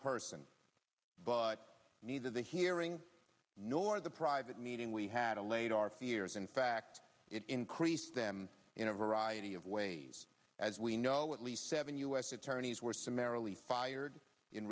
person but neither the hearing nor the private meeting we had a late our fears in fact it increased them in a variety of ways as we know at least seven u s attorneys were